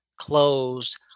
closed